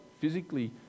physically